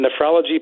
nephrology